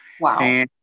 Wow